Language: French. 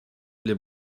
les